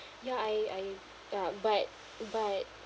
ya I I uh but but